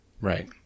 Right